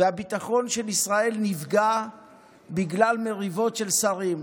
והביטחון של ישראל נפגע בגלל מריבות של שרים.